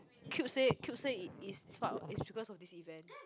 Cube say Cube say it is is part of is because of this event